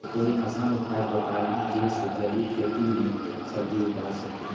कोई आसान उपाय बताइ जे से जैविक खेती में सब्जी उगा सकीं?